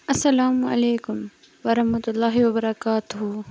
السلامُ علیکُم ورحمتہ اللّٰہِ وبرکاتہٗ